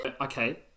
Okay